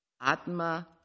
Atma